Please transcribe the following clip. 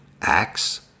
Acts